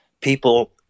people